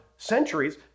centuries